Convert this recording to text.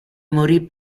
morì